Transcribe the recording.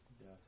Yes